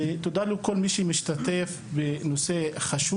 ותודה גם לכל יתר המשתתפים בדיון הזה.